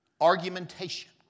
argumentation